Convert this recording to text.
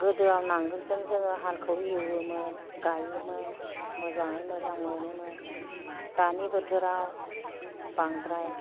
गोदोआव नांगोलजों जोङो हालखौ एवोमोन गायोमोन मोजाङै मोजां मोनोमोन दानि बोथोराव बांद्राय